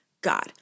God